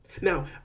Now